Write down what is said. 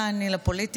באה אני לפוליטיקה,